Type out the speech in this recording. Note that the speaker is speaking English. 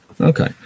okay